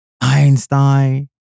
Einstein